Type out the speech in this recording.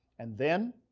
and then,